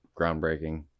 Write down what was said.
groundbreaking